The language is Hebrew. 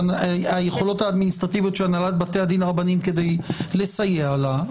הנהלת בתי הדין הרבניים כדי לסייע לה,